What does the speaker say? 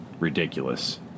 ridiculous